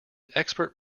expert